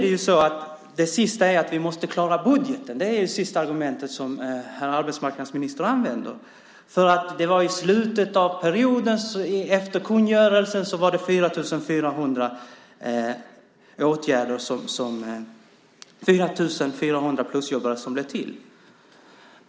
Det senaste är att vi måste klara budgeten. Det är det senaste argumentet som herr arbetsmarknadsministern använder. I slutet av perioden, efter kungörelsen, tillkom 4 400 plusjobbare.